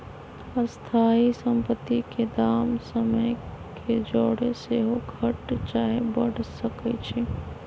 स्थाइ सम्पति के दाम समय के जौरे सेहो घट चाहे बढ़ सकइ छइ